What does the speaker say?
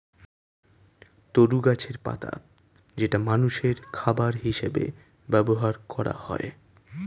তরু গাছের পাতা যেটা মানুষের খাবার হিসেবে ব্যবহার করা হয়